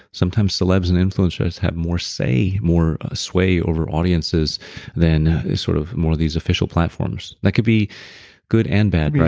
sometimes celebs and influencers have more say, more sway over audiences than sort of more of these official platforms. that could be good and bad, right?